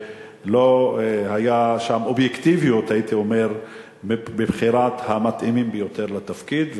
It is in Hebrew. והייתי אומר שלא היתה שם אובייקטיביות בבחירת המתאימים ביותר לתפקיד.